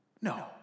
No